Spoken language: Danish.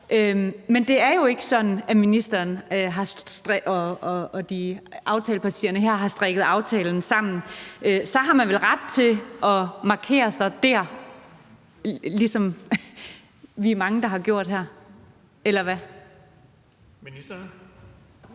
Men det er jo ikke sådan, ministeren og aftalepartierne har strikket aftalen sammen. Så har man vel ret til at markere sig dér, ligesom vi er mange der har gjort her, eller hvad?